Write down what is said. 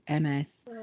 ms